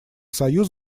союз